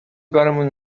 بریمون